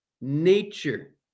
nature